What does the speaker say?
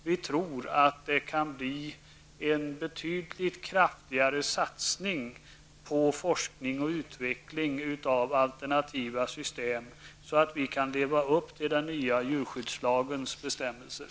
Vi tror att det kan bli en betydligt kraftigare satsning på forskning och utveckling av alternativa system, så att vi kan leva upp till den nya djurskyddslagens bestämmelser.